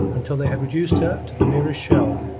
until they had reduced her to the merest shell,